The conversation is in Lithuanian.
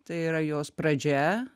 tai yra jos pradžia